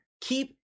Keep